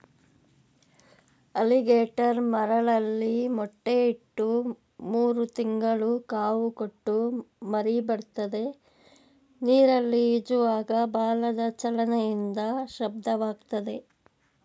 alligator ಮರಳಲ್ಲಿ ಮೊಟ್ಟೆ ಇಟ್ಟು ಮೂರು ತಿಂಗಳು ಕಾವು ಕೊಟ್ಟು ಮರಿಬರ್ತದೆ ನೀರಲ್ಲಿ ಈಜುವಾಗ ಬಾಲದ ಚಲನೆಯಿಂದ ಶಬ್ದವಾಗ್ತದೆ